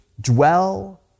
dwell